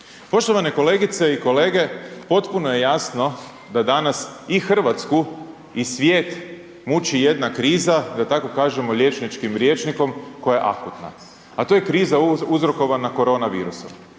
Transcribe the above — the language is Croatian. Poštovane kolegice i kolege, potpuno je jasno da danas i Hrvatsku i svijet muči jedna kriza, da tako kažemo liječničkim rječnikom koja je akutna, a to je kriza uzrokovana corona virusom.